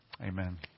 Amen